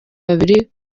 babiri